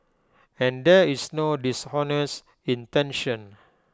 and there is no dishonest intention